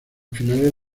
finales